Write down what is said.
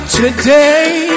today